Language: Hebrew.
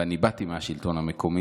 ואני באתי מהשלטון המקומי,